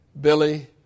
Billy